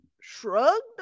shrugged